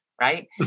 Right